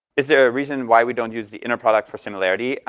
is there a reason why we don't use the inner product for similarity?